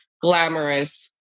glamorous